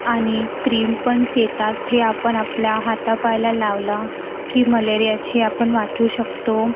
आणि क्रीमपण येतात ते आपण आपल्या हातापायाला लावला की मलेरियाची आपण वाचू शकतो